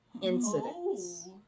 incidents